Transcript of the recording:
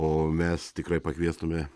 o mes tikrai pakviestume